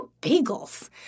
bagels